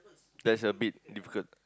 that's a bit difficult